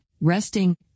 resting